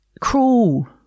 cruel